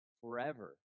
forever